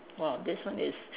!wah! this one is